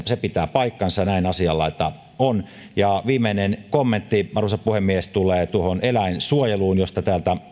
se pitää paikkansa näin asianlaita on ja viimeinen kommentti arvoisa puhemies tulee eläinsuojeluun josta